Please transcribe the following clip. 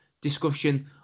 discussion